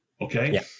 Okay